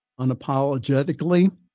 unapologetically